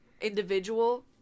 individual